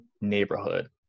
neighborhood